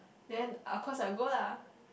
then of course I will go lah